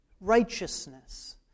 righteousness